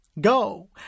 Go